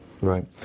right